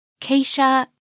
Keisha